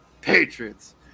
Patriots